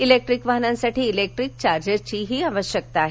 electric वाहनांसाठी electric चार्जरची आवश्यकता आहे